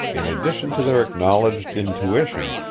in addition to their acknowledged intuition,